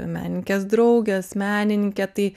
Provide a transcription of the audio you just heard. menininkės draugės menininkė tai